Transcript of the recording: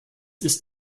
ist